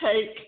take